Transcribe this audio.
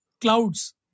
clouds